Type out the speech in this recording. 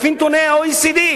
לפי נתוני ה-OECD,